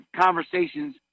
conversations